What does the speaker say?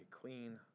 clean